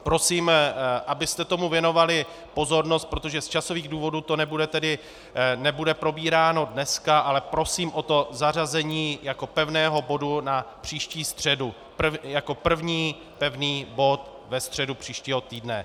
Prosím, abyste tomu věnovali pozornost, protože z časových důvodů to nebude tedy probíráno dneska, ale prosím o zařazení jako pevného bodu na příští středu jako první pevný bod ve středu příštího týdne.